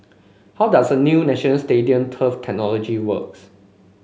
how does the new National Stadium turf technology works